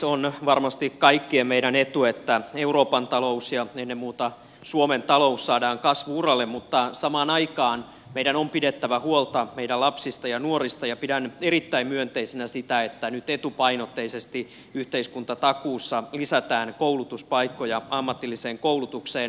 on varmasti kaikkien meidän etu että euroopan talous ja ennen muuta suomen talous saadaan kasvu uralle mutta samaan aikaan meidän on pidettävä huolta meidän lapsista ja nuorista ja pidän erittäin myönteisenä sitä että nyt etupainotteisesti yhteiskuntatakuussa lisätään koulutuspaikkoja ammatilliseen koulutukseen